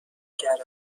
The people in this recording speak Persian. کردم